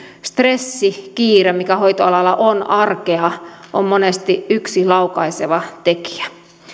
stressi kiire mitkä hoitoalalla ovat arkea ovat monesti yksi laukaiseva tekijä